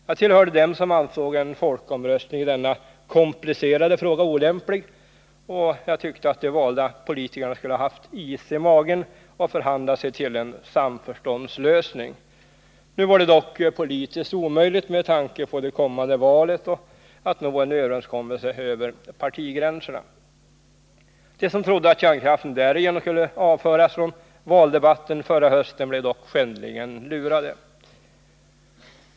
Jag tillhörde dem som ansåg en folkomröstning i denna komplicerade fråga olämplig, och jag tyckte att de valda politikerna skulle ha haft is i magen och förhandlat sig till en samförståndslösning. Nu var det dock politiskt omöjligt med tanke på det kommande valet att nå en överenskommelse över partigränserna. De som trodde att kärnkraften därigenom skulle avföras från valdebatten förra hösten blev dock skändligen lurade.